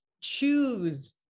choose